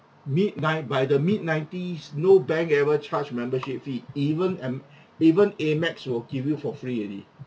mid-nin~ by the mid-nineties no bank ever charge membership fee even am even AMEX will give you for free already